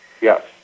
Yes